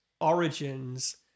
Origins